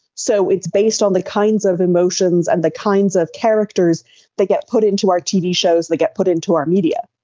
so it's based on the kinds of emotions and the kinds of characters they get put into our tv shows, that get put into our media.